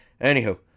anywho